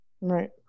Right